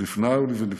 לפני ולפנים,